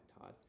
Todd